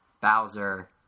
Bowser